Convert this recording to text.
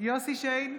יוסף שיין,